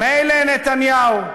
מילא נתניהו.